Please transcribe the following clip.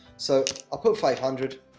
so. i'll put five hundred,